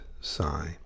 sigh